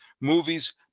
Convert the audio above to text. movies